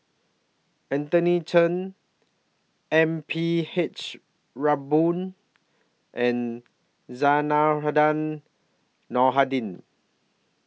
Anthony Chen M P H Rubin and Zainudin